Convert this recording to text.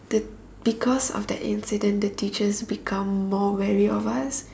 the because of that incident the teachers become more wary of us